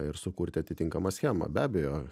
ir sukurti atitinkamą schemą be abejo